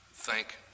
thank